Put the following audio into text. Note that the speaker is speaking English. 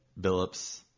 Billups